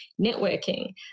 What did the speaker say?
networking